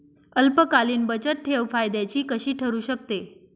अल्पकालीन बचतठेव फायद्याची कशी ठरु शकते?